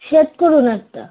shade করুন একটা